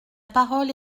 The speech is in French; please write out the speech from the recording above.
parole